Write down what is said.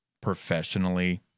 professionally